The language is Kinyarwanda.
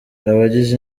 abagize